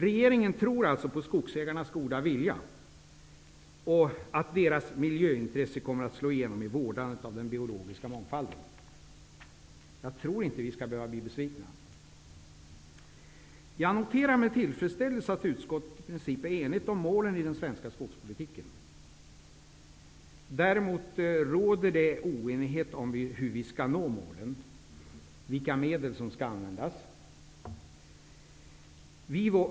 Regeringen tror alltså på skogsägarnas goda vilja och att deras miljöintresse kommer att slå igenom när det gäller vårdandet av den biologiska mångfalden. Jag tror inte vi skall behöva bli besvikna. Jag noterar med tillfredsställelse att utskottet i princip är enigt om målen i den svenska skogspolitiken. Däremot råder oenighet om hur vi skall nå målen och vilka medel som skall användas.